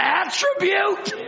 attribute